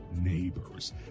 neighbors